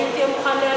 האם תהיה מוכן, מזה?